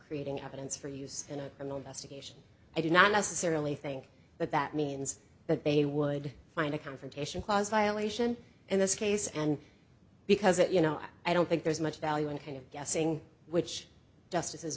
creating evidence for use in a investigation i do not necessarily think that that means that they would find a confrontation clause violation in this case and because it you know i don't think there's much value in kind of guessing which justices